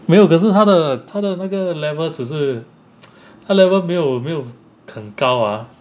没有可是他的他的那个 level 只是他的 level 没有没有很高啊